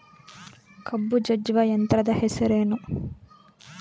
ಕಬ್ಬು ಜಜ್ಜುವ ಯಂತ್ರದ ಹೆಸರೇನು?